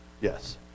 yes